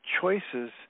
choices